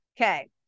Okay